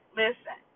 listen